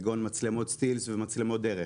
כגון מצלמות סטילס ומצלמות דרך,